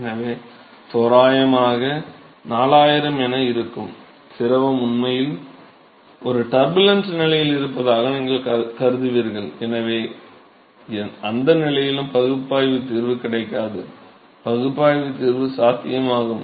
எனவே தோராயமாக 4000 என இருக்கும் திரவம் உண்மையில் ஒரு டர்புலன்ட் நிலையில் இருப்பதாக நீங்கள் கருதுவீர்கள் எனவே அந்த நிலையிலும் பகுப்பாய்வு தீர்வு கிடைக்காது பகுப்பாய்வு தீர்வு சாத்தியமாகும்